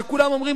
שכולם אומרים,